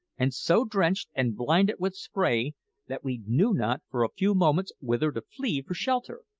and so drenched and blinded with spray that we knew not for a few moments whither to flee for shelter.